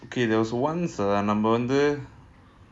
okay once நம்மவந்து:namma vandhu